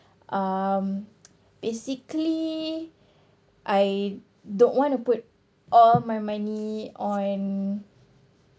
um basically I don't want to put all my money on